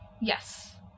Yes